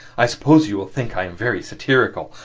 i suppose you will think i am very satirical,